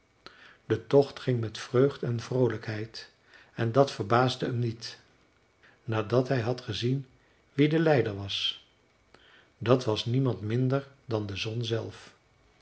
de tocht ging met vreugd en vroolijkheid en dat verbaasde hem niet nadat hij had gezien wie de leider was dat was niemand minder dan de zon zelf